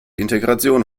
integration